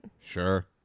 Sure